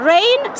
Rain